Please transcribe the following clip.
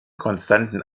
konstanten